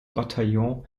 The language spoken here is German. bataillon